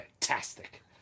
fantastic